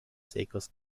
secos